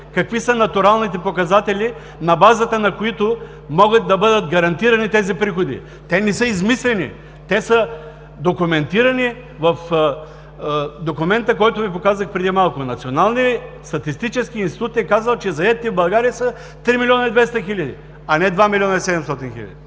какви са натуралните показатели, на базата на които могат да бъдат гарантирани тези приходи. Те не са измислени. Те са документирани в документа, който Ви показах преди малко. Националният статистически институт е казал, че заетите в България са 3 милиона и 200 хиляди души, а не 2 милиона и 700 хиляди.